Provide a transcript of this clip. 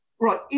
Right